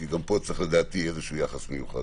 כי גם פה צריכים לדעתי יחס מיוחד.